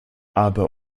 aber